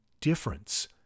difference